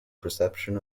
perception